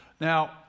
Now